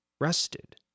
rested